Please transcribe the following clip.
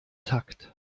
takt